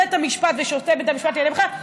בית המשפט ושופטי בית המשפט לענייני משפחה,